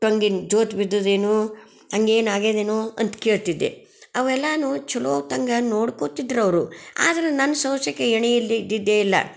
ಟೊಂಗೆ ಜೋತು ಬಿದ್ದದೇನು ಹಂಗೇನ್ ಆಗಿದೇನೂ ಅಂತ ಕೇಳ್ತಿದ್ದೆ ಅವೆಲ್ಲಾ ಛಲೋ ಹೊತ್ತಂಗೆ ನೋಡ್ಕೊತಿದ್ದರವ್ರು ಆದರೆ ನನ್ನ ಸಮಸ್ಯೆಗೆ ಎಣೆ ಇಲ್ದೇ ಇದ್ದಿದ್ದೇ ಇಲ್ಲ